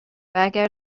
واگر